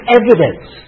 evidence